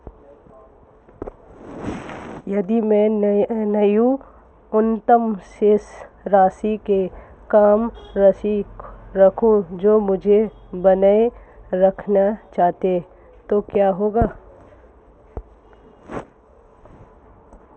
यदि मैं न्यूनतम शेष राशि से कम राशि रखूं जो मुझे बनाए रखना चाहिए तो क्या होगा?